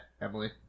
Emily